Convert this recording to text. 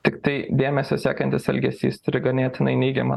tiktai dėmesio siekantis elgesys turi ganėtinai neigiamą